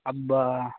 అబ్బా